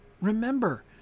remember